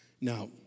Now